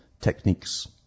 techniques